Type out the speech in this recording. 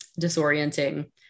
disorienting